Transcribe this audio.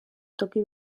toki